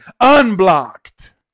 unblocked